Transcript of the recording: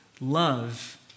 love